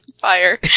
fire